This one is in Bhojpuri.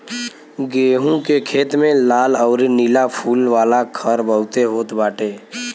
गेंहू के खेत में लाल अउरी नीला फूल वाला खर बहुते होत बाटे